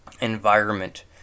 environment